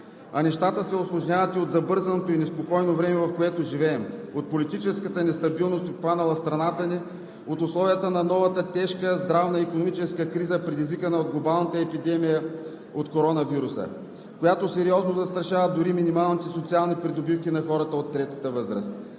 А нещата се усложняват и от забързаното и неспокойно време, в което живеем, от политическата нестабилност, обхванала страната ни, от условията на новата тежка здравна и икономическа криза, предизвикана от глобалната епидемия от коронавируса, която сериозно застрашава дори минималните социални придобивки на хората от третата възраст.